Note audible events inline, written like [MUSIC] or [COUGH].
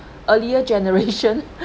earlier generation [LAUGHS]